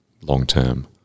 long-term